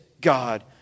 God